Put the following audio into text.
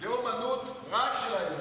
זה אמנות רק של הימין,